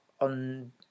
on